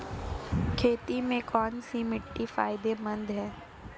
खेती में कौनसी मिट्टी फायदेमंद है?